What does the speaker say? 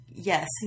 Yes